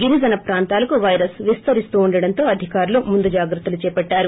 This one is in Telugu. గిరిజన ప్రాంతాలకు వైరస్ విస్తరిస్తుండడంతో అధికారులు ముందుజాగ్రత్తలు చేపట్టారు